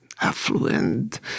affluent